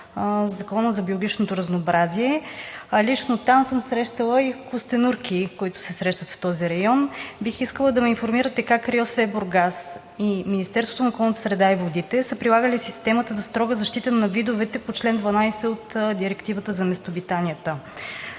Закона за биологичното разнообразие, а лично там съм срещала и костенурки, които се срещат в този район. Бих искала да ме информирате как РИОСВ – Бургас, и Министерството на околната среда и водите са прилагали системата за строга защита на видовете по чл. 12 от Директивата за местообитанията